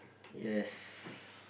yes